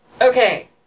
okay